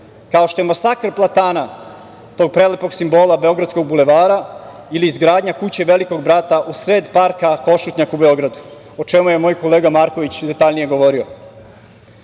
kao što je masakr platana, tog prelepog simbola beogradskog bulevara ili izgradnja kuće „Velikog brata“ usred parka Košutnjak u Beogradu, o čemu je moj kolega Marković detaljnije govorio. Takođe,